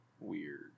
weird